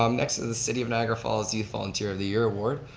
um next is the city of niagara falls youth volunteer of the year award.